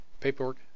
paperwork